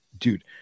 dude